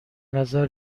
نظر